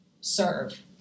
serve